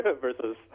versus